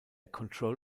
control